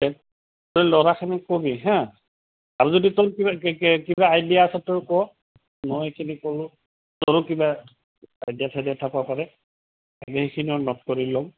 তই ল'ৰাখিনিক ক'বি হাঁ আৰু যদি তোৰ কিবা কিবা আইডিয়া আছে তোৰ ক মই এইখিনি কৰোঁ তৰো কিবা আইডিয়া চাইডিয়া থাকিব পাৰে সেইখিনিও ন'ট কৰি ল'ম